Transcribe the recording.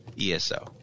ESO